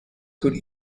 could